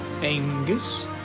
Angus